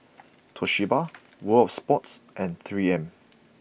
Toshiba World Of Sports and three M